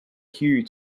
hue